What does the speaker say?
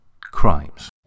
crimes